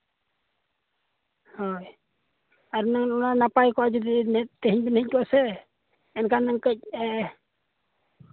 ᱦᱳᱭ ᱟᱨ ᱚᱱᱟ ᱱᱟᱯᱟᱭ ᱠᱚᱜᱼᱟ ᱡᱩᱫᱤ ᱢᱮᱸᱫ ᱛᱮᱦᱮᱧ ᱵᱮᱱ ᱦᱮᱡ ᱠᱚᱜᱼᱟ ᱥᱮ ᱮᱱᱠᱷᱟᱱ ᱫᱚ ᱠᱟᱺᱪ